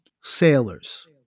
sailors